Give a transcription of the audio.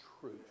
truth